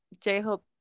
J-Hope